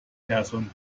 person